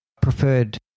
preferred